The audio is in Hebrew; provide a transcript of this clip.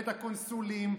את הקונסולים.